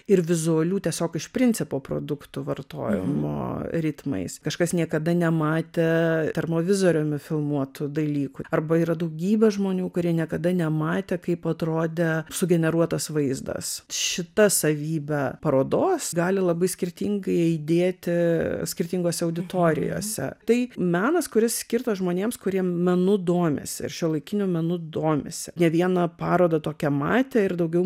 ir vizualių tiesiog iš principo produktų vartojimo ritmais kažkas niekada nematė termovizoriumi filmuotų dalykų arba yra daugybė žmonių kurie niekada nematė kaip atrodė sugeneruotas vaizdas šita savybė parodos gali labai skirtingai įdėti skirtingose auditorijose tai menas kuris skirtas žmonėms kurie menu domisi ir šiuolaikiniu menu domisi ne vieną parodą tokią matę ir daugiau